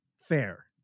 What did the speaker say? fair